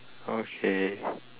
okay